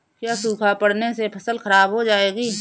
क्या सूखा पड़ने से फसल खराब हो जाएगी?